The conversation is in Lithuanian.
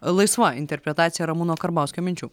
laisva interpretacija ramūno karbauskio minčių